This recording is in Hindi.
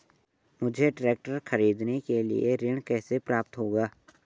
मुझे ट्रैक्टर खरीदने के लिए ऋण कैसे प्राप्त होगा?